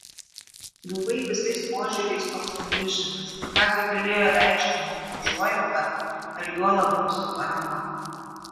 buvai visais požiūriais toks milžinas ką gi galėjo reikšti mūsų užuojauta ar juolab mūsų parama